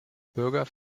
bürger